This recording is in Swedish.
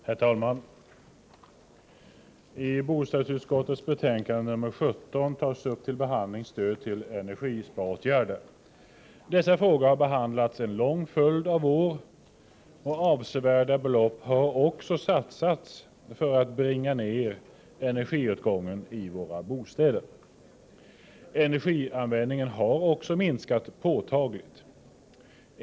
Herr talman! I bostadsutskottets betänkande nr 17 tas upp till behandling frågan om stöd till energisparåtgärder. Denna fråga har behandlats en lång följd av år, och avsevärda belopp har satsats för att bringa ned energiåtgången i våra bostäder. Energianvändningen har också minskat påtagligt.